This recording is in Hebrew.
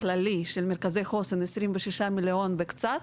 הכללי של מרכזי חוסן 26 מיליון וקצצת,